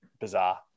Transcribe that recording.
bizarre